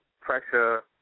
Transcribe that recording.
Pressure